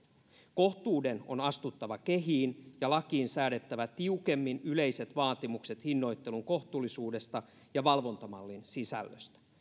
kohtuuden on astuttava kehiin ja lakiin säädettävä tiukemmin yleiset vaatimukset hinnoittelun kohtuullisuudesta ja valvontamallin sisällöstä